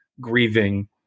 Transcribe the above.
grieving